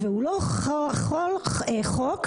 משה, אני חושבת